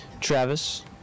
Travis